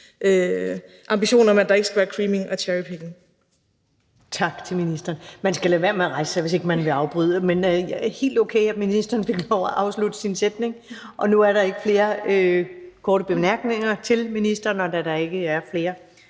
ambition om, at der ikke skal være creaming og cherrypicking. Kl. 19:06 Første næstformand (Karen Ellemann): Tak til ministeren. Man skal lade være med at rejse sig, hvis ikke man vil afbryde, men det er helt okay, at ministeren fik lov til at afslutte sin sætning, og nu er der ikke flere korte bemærkninger til ministeren. Da der ikke er flere,